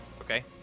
okay